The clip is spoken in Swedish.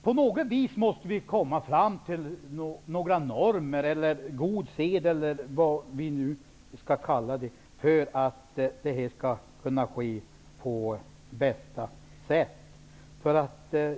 På något vis måste vi komma fram till några normer -- god sed eller vad vi nu skall kalla det -- för att viltet skall vårdas på bästa sätt.